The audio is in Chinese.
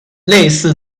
类似